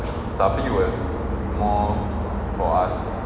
safi was more for us